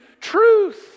truth